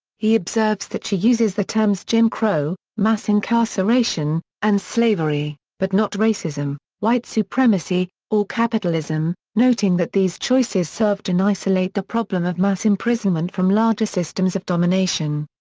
he observes that she uses the terms jim crow, mass incarceration, and slavery, but not racism, white supremacy, or capitalism, noting that these choices serve to isolate the problem of mass imprisonment from larger systems of domination.